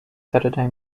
saturday